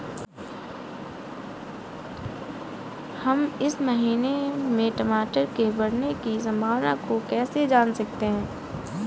हम इस महीने में टमाटर के बढ़ने की संभावना को कैसे जान सकते हैं?